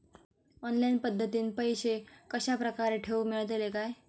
Online पद्धतीन पैसे कश्या प्रकारे ठेऊक मेळतले काय?